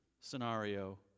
scenario